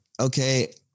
Okay